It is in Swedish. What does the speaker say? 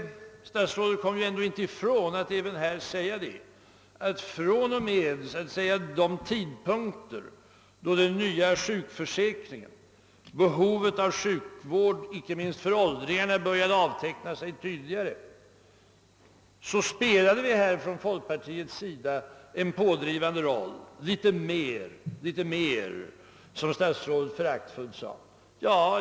Statsrådet kommer emellertid inte ifrån att från och med de tidpunkter då följderna av den nya sjukförsäkringen och behovet av sjukvård icke minst för åldringarna började avteckna sig tydligare spelade vi inom folkpartiet en pådrivande roll — vi begärde »litet mer» som statsrådet föraktfullt sade.